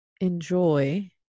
enjoy